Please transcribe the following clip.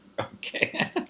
Okay